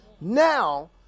Now